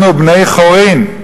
אנחנו בני חורין.